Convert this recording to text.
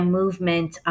movement